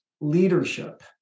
leadership